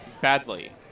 badly